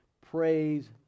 Praise